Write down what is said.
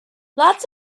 lots